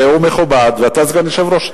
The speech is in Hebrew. והוא מכובד, ואתה סגן יושב-ראש.